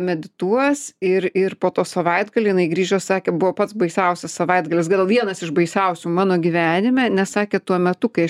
medituos ir ir po to savaitgalio jinai grįžo sakė buvo pats baisiausias savaitgalis gal vienas iš baisiausių mano gyvenime nes sakė tuo metu kai aš